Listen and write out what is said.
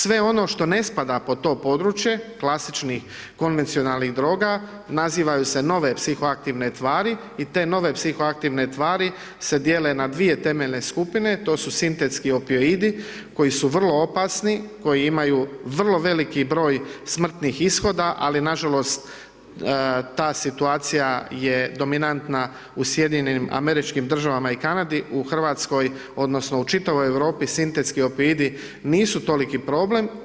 Sve ono što ne spada pod to područje, klasičnih konvencionalnih druga, nazivaju se nove psihoaktivne tvari i te nove psihoaktivne tvari se dijele na dvije temeljne skupine, to su sintetski opiaidi koji su vrlo opasni, koji imaju vrlo veliki broj smrtnih ishoda, ali, nažalost, ta situacija je dominantna u SAD-u i Kanadi, u RH odnosno u čitavoj Europi, sintetski opiaidi nisu toliki problem.